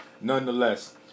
nonetheless